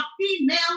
female